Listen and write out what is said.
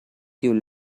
you